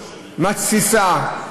מתסיסה,